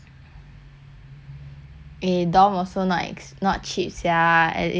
eh dorms so not ex~ not cheap sia and it's a few K leh but I don't want